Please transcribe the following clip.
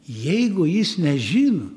jeigu jis nežino